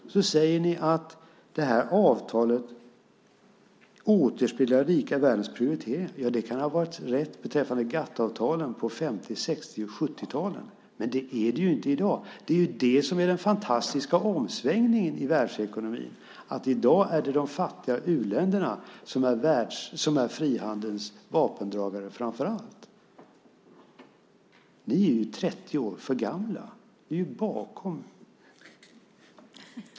Och ni säger att det här avtalet återspeglar den rika världens prioriteringar. Det kan ha varit rätt beträffande GATT-avtalen på 50-, 60 och 70-talen. Men det är det inte i dag. Det är det som är den fantastiska omsvängningen i världsekonomin, att i dag är det de fattiga u-länderna som är frihandelns vapendragare framför allt. Ni är ju 30 år för gamla. Ni är ju bakom.